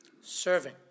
Serving